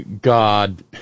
God